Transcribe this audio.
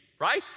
right